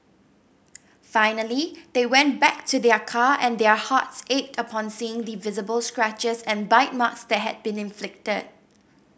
finally they went back to their car and their hearts ached upon seeing the visible scratches and bite marks that had been inflicted